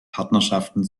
partnerschaften